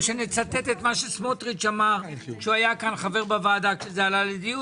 או אם לצטט את מה שסמוטריץ' אמר כשהוא היה חבר בוועדה כשזה עלה לדיון.